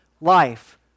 life